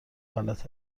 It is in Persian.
غلط